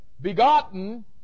begotten